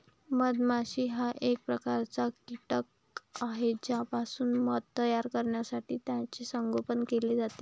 मधमाशी हा एक प्रकारचा कीटक आहे ज्यापासून मध तयार करण्यासाठी त्याचे संगोपन केले जाते